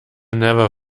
never